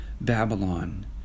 Babylon